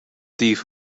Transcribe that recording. thief